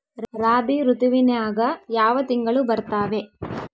ರಾಬಿ ಋತುವಿನ್ಯಾಗ ಯಾವ ತಿಂಗಳು ಬರ್ತಾವೆ?